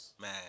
Man